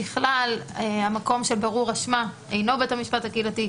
ככלל המקום שברור אשמה אינו בית המשפט הקהילתי,